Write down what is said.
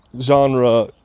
genre